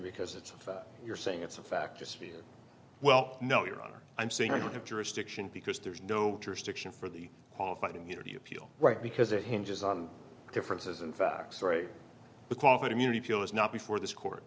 because it's you're saying it's a fact just here well no your honor i'm saying i don't have jurisdiction because there is no jurisdiction for the qualified immunity appeal right because it hinges on differences and facts story the qualified immunity deal is not before this court